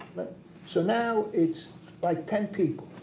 but so now, it's like ten people,